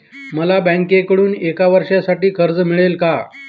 मला बँकेकडून एका वर्षासाठी कर्ज मिळेल का?